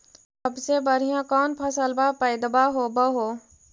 सबसे बढ़िया कौन फसलबा पइदबा होब हो?